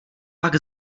pak